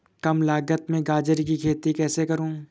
कम लागत में गाजर की खेती कैसे करूँ?